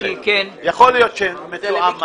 יכול להיות שמתואם משהו.